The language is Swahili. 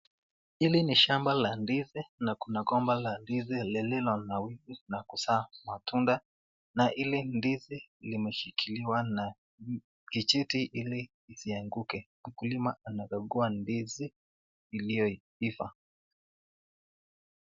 Hili ni shamba la ndizi, na kuna gomba la ndizi lililonawiri na kuzaa matunda, na hili ndizi limeshikiliwa na kijiti ili lisianguke. Mkulima anakagua ndizi iliyoiva.